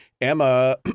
Emma